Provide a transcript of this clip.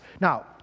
Now